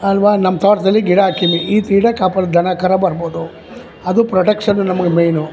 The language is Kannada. ಅಲ್ವಾ ನಮ್ಮ ತೋಟದಲ್ಲಿ ಗಿಡ ಹಾಕಿನಿ ಈ ಗಿಡ ಕಾಪಾಡು ದನ ಕರು ಬರ್ಬೋದು ಅದು ಪ್ರೊಟೆಕ್ಷನ್ ನಮ್ಗೆ ಮೇಯ್ನು